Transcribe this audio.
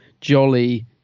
jolly